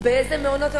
באיזה מעונות?